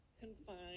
confined